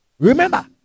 Remember